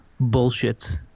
bullshits